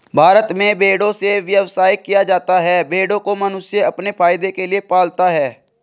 भारत में भेड़ों से व्यवसाय किया जाता है भेड़ों को मनुष्य अपने फायदे के लिए पालता है